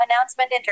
Announcement